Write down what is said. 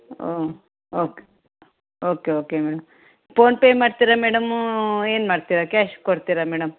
ಹ್ಞೂ okay okay okay madam PhonePe ಮಾಡ್ತೀರಾ madam ಏನು ಮಾಡ್ತೀರಾ ಕ್ಯಾಶ್ ಕೊಡ್ತೀರ ಮೇಡಮ್